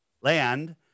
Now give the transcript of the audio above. land